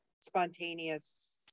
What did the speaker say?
spontaneous